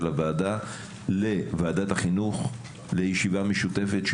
הוועדה לוועדת החינוך לישיבה משותפת,